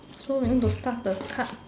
so we need to start the card